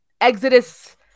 Exodus